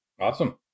Awesome